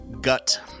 Gut